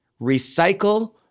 recycle